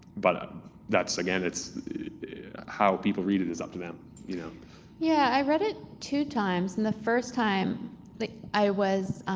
but that's again, it's how people read it is up to them. ho yeah, yeah i read it two times, in the first time like i was.